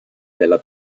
della